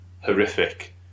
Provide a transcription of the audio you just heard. horrific